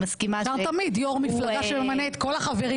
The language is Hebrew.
אפשר תמיד יו"ר מפלגה שממנה את כל החברים,